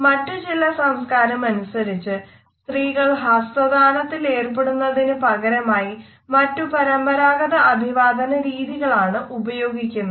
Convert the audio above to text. മറ്റു ചില സംസ്കാരമനുസരിച് സ്ത്രീകൾ ഹസ്തദാനത്തിലേർപ്പെടുന്നതിനു പകരമായി മറ്റു പാരമ്പരാഗത അഭിവാദന രീതികളാണ് ഉപയോഗിക്കുന്നത്